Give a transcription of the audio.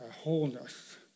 wholeness